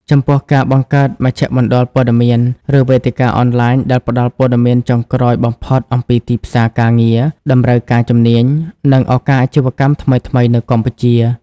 ចំពោះការបង្កើតមជ្ឈមណ្ឌលព័ត៌មាន ឬវេទិកាអនឡាញដែលផ្តល់ព័ត៌មានចុងក្រោយបំផុតអំពីទីផ្សារការងារ តម្រូវការជំនាញ និងឱកាសអាជីវកម្មថ្មីៗនៅកម្ពុជា។